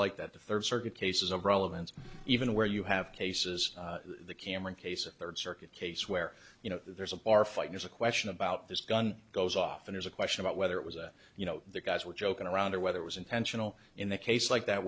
like that the third circuit cases of relevance even where you have cases the camera case of third circuit case where you know there's a bar fight there's a question about this gun goes off and there's a question about whether it was a you know the guys were joking around or whether it was intentional in the case like that